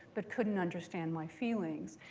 but couldn't understand my feelings.